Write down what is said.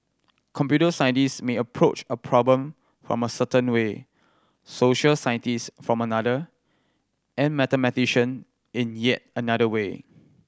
computer scientist may approach a problem from a certain way social scientist from another and mathematician in yet another way